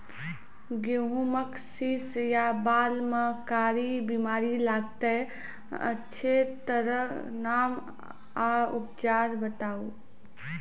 गेहूँमक शीश या बाल म कारी बीमारी लागतै अछि तकर नाम आ उपचार बताउ?